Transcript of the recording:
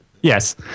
Yes